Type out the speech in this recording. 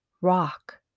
rock